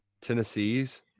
Tennessee's